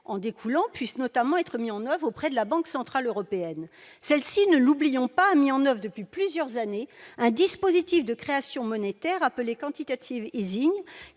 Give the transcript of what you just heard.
en découlant puisse notamment être mis en oeuvre auprès de la Banque centrale européenne. Celle-ci, ne l'oublions pas, a mis en oeuvre, depuis plusieurs années, un dispositif de création monétaire appelé, qui a